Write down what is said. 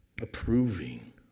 approving